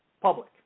public